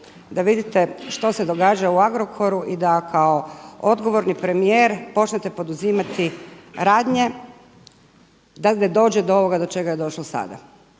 da vidite što se događa u Agrokoru i da kao odgovorni premijer počnete poduzimati radnje da ne dođe do ovoga do čega je došlo sada.